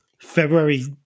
February